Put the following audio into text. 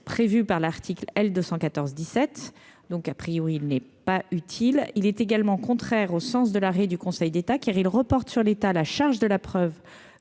prévue par l'article L 214 17 donc a priori il n'est pas utile, il est également contraire au sens de l'arrêt du Conseil d'État qui avait reporte sur l'État, la charge de la preuve